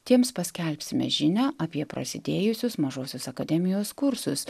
tiems paskelbsime žinią apie prasidėjusius mažosios akademijos kursus